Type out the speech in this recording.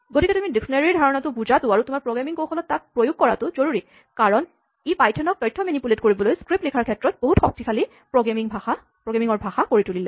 গতিকে তুমি ডিস্কনেৰীঅভিধানৰ ধাৰণাটো বুজাটো আৰু তোমাৰ প্ৰগ্ৰেমিং কৌশলত তাক প্ৰয়োগ কৰাটো জৰুৰী কাৰণ ই পাইথনক তথ্য মেনিপুলেট কৰিবলৈ স্ক্ৰিপ্ট লিখাৰ ক্ষেত্ৰত বহুত শক্তিশালী প্ৰগ্ৰেমিঙৰ ভাষা কৰি তুলিলে